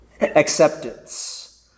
acceptance